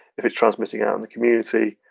if it's transmitting out in the community,